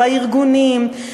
בארגונים,